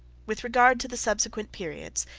with regard to the subsequent periods,